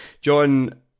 John